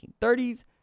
1930s